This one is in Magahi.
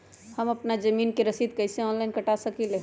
हम अपना जमीन के रसीद कईसे ऑनलाइन कटा सकिले?